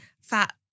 fat